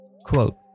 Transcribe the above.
Quote